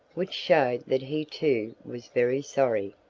which showed that he too was very sorry.